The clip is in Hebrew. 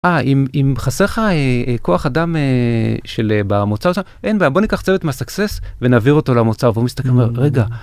אם אם חסר לך כוח אדם של, במוצר, אין בעיה בוא ניקח צוות מהsuccess ונעביר אותו למוצר, והוא מסתכל ואומר "לא יודע".